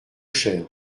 cher